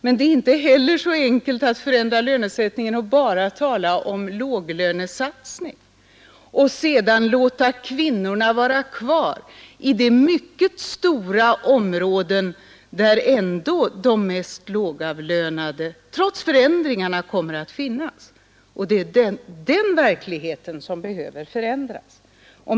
Men det är inte heller så enkelt att förändra lönesättningen som man gör gällande när man bara talar om en låglönesatsning och sedan låter kvinnorna vara kvar på de mycket stora områden där, trots förändringarna, de mest lågavlönade kommer att finnas. Det är inte minst den verkligheten som behöver förändras.